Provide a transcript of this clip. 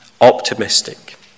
optimistic